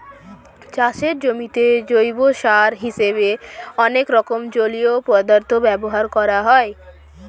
চাষের জমিতে জৈব সার হিসেবে অনেক রকম জলীয় পদার্থ ব্যবহার করা হয়